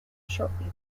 shortly